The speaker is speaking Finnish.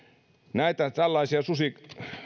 näitä tällaisia